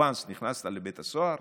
once נכנסת לבית הסוהר,